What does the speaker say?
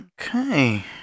Okay